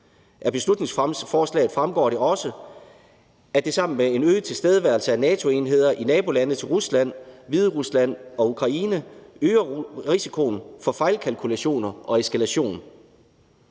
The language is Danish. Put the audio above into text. Af beslutningsforslaget fremgår det også, at det sammen med en øget tilstedeværelse af NATO-enheder i nabolande til Rusland, Hviderusland og Ukraine øger risikoen for fejlkalkulationer og eskalation.